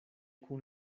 kun